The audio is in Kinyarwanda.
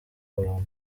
abantu